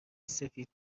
سفید